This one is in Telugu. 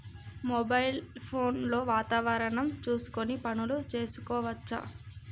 మొబైల్ ఫోన్ లో వాతావరణం చూసుకొని పనులు చేసుకోవచ్చా?